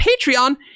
Patreon